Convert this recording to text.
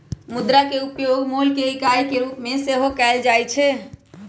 मुद्रा के उपयोग मोल के इकाई के रूप में सेहो कएल जाइ छै